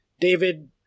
David